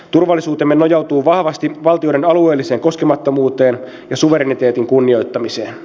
turvallisuutemme nojautuu vahvasti valtioiden alueelliseen koskemattomuuteen ja suvereniteetin kunnioittamiseen